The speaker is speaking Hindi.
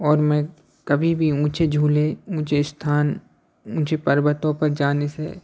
और मैं कभी भी ऊँचे झूले ऊँचे स्थान मुझे पर्वतों पर जाने से